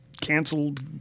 canceled